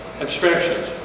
abstractions